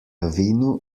vinu